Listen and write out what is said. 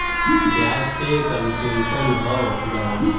ब्याज पे कन्सेसन हो जाला